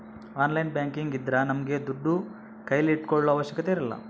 online banking ಇದ್ರ ನಮ್ಗೆ ದುಡ್ಡು ಕೈಲಿ ಇಟ್ಕೊಳೋ ಅವಶ್ಯಕತೆ ಇರಲ್ಲ